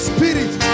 Spirit